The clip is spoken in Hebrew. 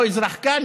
לא אזרח כאן,